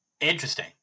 Interesting